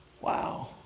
Wow